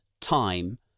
time